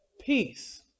Peace